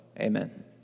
Amen